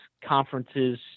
conferences